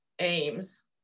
aims